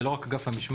זה לא רק אגף המשמעת.